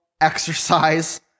exercise